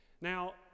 Now